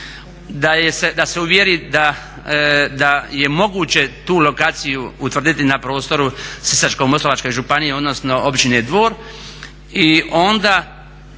da se uvjeri da je moguće tu lokaciju utvrditi na prostoru Sisačko-moslavačke županije, odnosno Općine Dvor